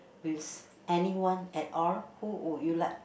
with anyone at all who would you like